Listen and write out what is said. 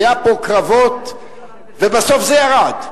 היו פה קרבות ובסוף זה ירד.